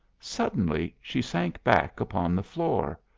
suddenly she sank back upon the floor.